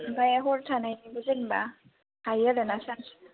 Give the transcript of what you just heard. आमफ्राय हर थानायनिबो जेनेबा थायो आरो ना चान्स